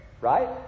Right